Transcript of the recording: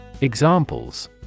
Examples